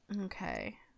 Okay